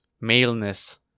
maleness